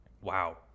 Wow